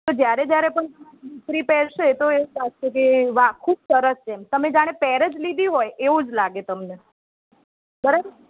જ્યારે જ્યારે પણ તમારી દીકરી પહેરશે તો એવું લાગશે કે વાહ ખૂબ સરસ છે એમ તમે જાણે પેર જ લીધી હોય એવું લાગે તમને બરાબર